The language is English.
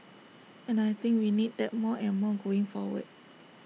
and I think we need that more and more going forward